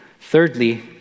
Thirdly